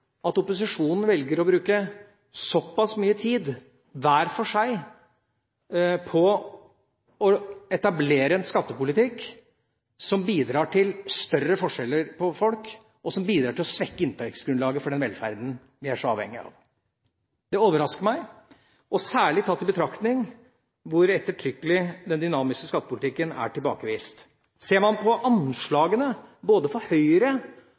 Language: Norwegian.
at opposisjonen hver for seg velger å bruke såpass mye tid på å etablere en skattepolitikk som bidrar til større forskjeller mellom folk, og som bidrar til å svekke inntektsgrunnlaget for den velferden vi er så avhengig av. Det overrasker meg, særlig tatt i betraktning hvor ettertrykkelig den dynamiske skattepolitikken er tilbakevist. Ser man på anslagene, ikke bare for